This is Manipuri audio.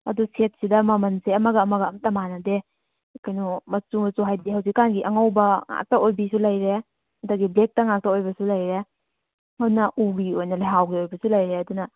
ꯑꯗꯨ ꯁꯦꯠꯁꯤꯗ ꯃꯃꯟꯁꯦ ꯑꯃꯒ ꯑꯃꯒ ꯑꯝꯇ ꯃꯥꯟꯅꯗꯦ ꯀꯩꯅꯣ ꯃꯆꯨ ꯃꯆꯨ ꯍꯥꯏꯗꯤ ꯍꯧꯖꯤꯛꯀꯥꯟꯒꯤ ꯑꯉꯧꯕ ꯉꯥꯛꯇ ꯑꯣꯏꯕꯤꯁꯨ ꯂꯩꯔꯦ ꯑꯗꯒꯤ ꯕ꯭ꯂꯦꯛꯇ ꯉꯥꯛꯇ ꯑꯣꯏꯕꯁꯨ ꯂꯩꯔꯦ ꯑꯗꯨꯅ ꯎꯒꯤ ꯑꯣꯏꯅ ꯂꯩꯍꯥꯎꯒꯤ ꯑꯣꯏꯕꯁꯨ ꯂꯩꯔꯦ ꯑꯗꯨꯅ